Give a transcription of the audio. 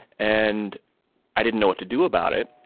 and i didn't know what to do about it.